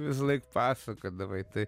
visąlaik pasakodavai tai